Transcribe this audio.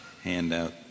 handout